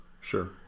Sure